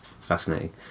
fascinating